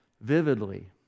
vividly